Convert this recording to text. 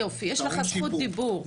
יופי, יש לך זכות דיבור,